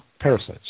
parasites